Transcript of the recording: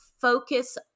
focus